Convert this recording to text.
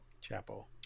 chapel